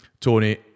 Tony